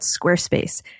Squarespace